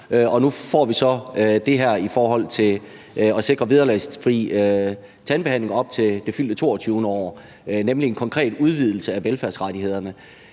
nu får vi så det her i forhold til at sikre vederlagsfri tandbehandling op til det fyldte 22. år., nemlig en konkret udvidelse af velfærdsrettighederne.